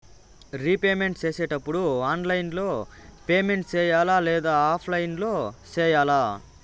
repayment సేసేటప్పుడు online లో payment సేయాలా లేదా ఆఫ్లైన్ లో సేయాలా